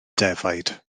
defaid